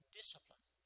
discipline